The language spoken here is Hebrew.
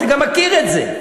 אתה גם מכיר את זה.